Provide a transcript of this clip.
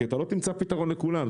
כי אתה לא תמצא פתרון לכולם,